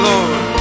Lord